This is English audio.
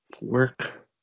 work